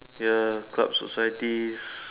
ya clubs societies